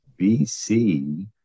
BC